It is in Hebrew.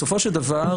בסופו של דבר,